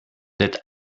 that